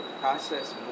process